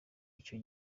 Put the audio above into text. icyo